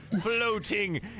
floating